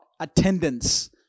attendance